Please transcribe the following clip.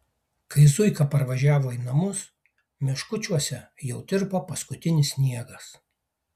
kai zuika parvažiavo į namus meškučiuose jau tirpo paskutinis sniegas